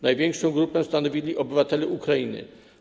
Największą grupę stanowili obywatele Ukrainy.